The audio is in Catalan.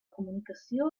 comunicació